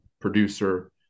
producer